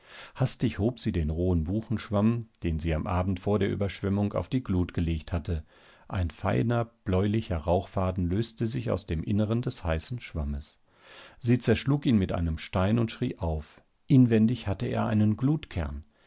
hastig hob sie den rohen buchenschwamm den sie am abend vor der überschwemmung auf die glut gelegt hatte ein feiner bläulicher rauchfaden löste sich aus dem inneren des heißen schwammes sie zerschlug ihn mit einem stein und schrie auf inwendig hatte er einen